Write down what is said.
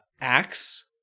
acts